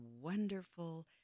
wonderful